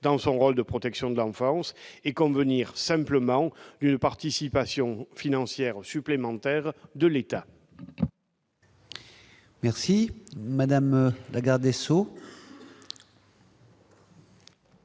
dans leur rôle de protection de l'enfance, et convenir simplement d'une participation financière de l'État